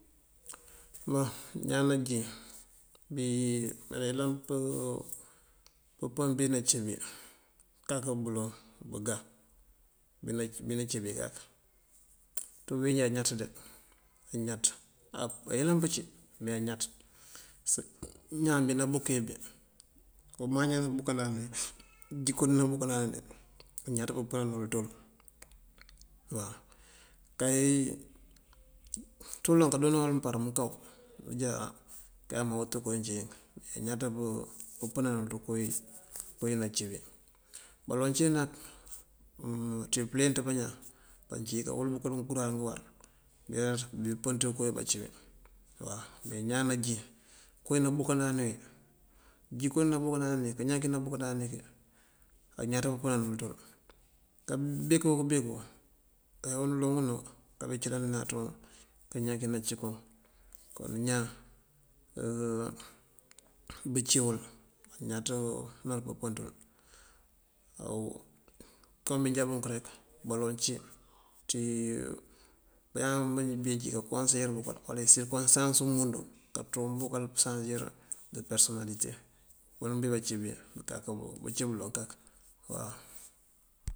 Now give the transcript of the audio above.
Boŋ ñaan najín bí ayëlan pën bí nací bí pëkak bëloŋ bëgá bí nací bí kak, ţí uwínjí añaţ de añaţ, ayëlan pëcí me añaţ. Ñaan bí nabúkee bí umáaña wí nabúkandáan wí jíko dí nabúkandáani dí añaţ pëpëna nul ţul waw. Tayíi ţí uloŋ kadoona wul par mënkaw bëjá á keeyin mawët kowí nëcí wink me añaţ pëpëna nul ţí kowí kowí nací wí. Baloŋ cínak ţí pëleenţ bañaan bancí kawël bukal ngëkuráar ngëwar mbeeraţ bëpën ţí kowí bací wí waw. Me ñaan najín kowí nabúkandáana wí jíko dí nabúkandáan bí kañan kí nabúkandáana kí añaţ pëpëna nul ţul. Kabeko këbeko áa uloŋ unú kabí cëlani yáatun ţul kañan kí nací kuŋ. Kon ñaan bëcí wul añaţ nul pëpën ţul. kom bí njá bunk rek baloŋ cí ţí bañaan bací wuŋ kakonseyíir bukal wala konesans umundu kaţú wuŋ bukal pësansir dë perësonalite. Bawín bí bací bí bëkakan bëcí bëloŋ kak waw.